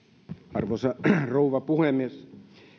arvoisa rouva puhemies